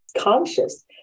conscious